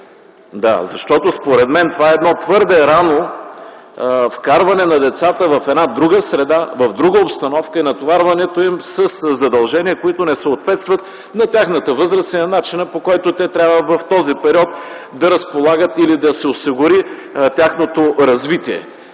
Да, защото според мен това е едно твърде ранно вкарване на децата в една друга среда, в друга обстановка и натоварването им със задължения, които не съответстват на тяхната възраст и на начина, по който те трябва в този период да разполагат или да се осигури тяхното развитие.